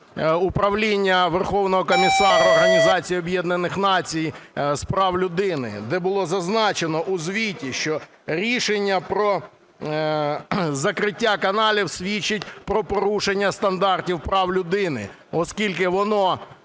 Управління Верховного комісара Організацій Об'єднаних Націй з прав людини, де було зазначено у звіті, що рішення про закриття каналів свідчить про порушення стандартів прав людини, оскільки воно